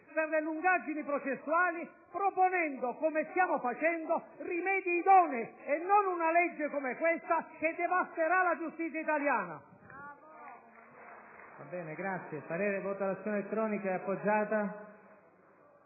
per le lungaggini processuali proponendo, come stiamo facendo, rimedi idonei e non una legge come questa, che devasterà la giustizia italiana.